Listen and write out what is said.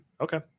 Okay